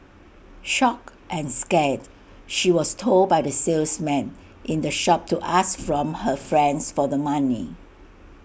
shocked and scared she was told by the salesman in the shop to ask from her friends for the money